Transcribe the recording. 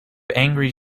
angry